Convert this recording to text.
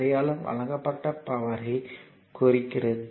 அடையாளம் வழங்கப்பட்ட பவர்யைக் குறிக்கிறது